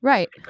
Right